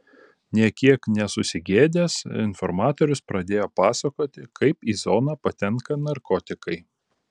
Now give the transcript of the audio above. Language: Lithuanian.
nė kiek nesusigėdęs informatorius pradėjo pasakoti kaip į zoną patenka narkotikai